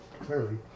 clearly